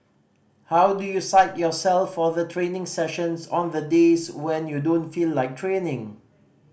how do you psych yourself for the training sessions on the days when you don't feel like training